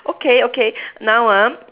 okay okay now ah